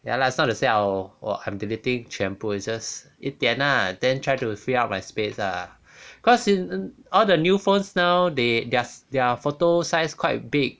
ya lah it's not to say I will or I'm deleting 全部 it's just 一点啦 then try to free up my space lah because in all the new phones now they their their photo size quite big